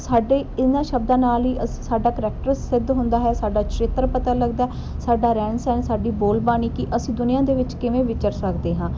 ਸਾਡੇ ਇਹਨਾਂ ਸ਼ਬਦਾਂ ਨਾਲ ਹੀ ਅ ਸਾਡਾ ਕਰੈਕਟਰ ਸਿੱਧ ਹੁੰਦਾ ਹੈ ਸਾਡਾ ਚਰਿੱਤਰ ਪਤਾ ਲੱਗਦਾ ਸਾਡਾ ਰਹਿਣ ਸਹਿਣ ਸਾਡੀ ਬੋਲ ਬਾਣੀ ਕਿ ਅਸੀਂ ਦੁਨੀਆ ਦੇ ਵਿੱਚ ਕਿਵੇਂ ਵਿਚਰ ਸਕਦੇ ਹਾਂ